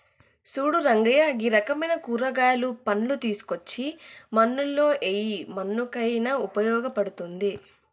సూడు రంగయ్య గీ రకమైన కూరగాయలు, పండ్లు తీసుకోచ్చి మన్నులో ఎయ్యి మన్నుకయిన ఉపయోగ పడుతుంది